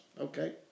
Okay